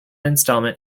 installment